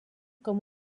com